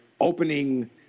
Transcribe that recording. opening